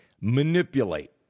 manipulate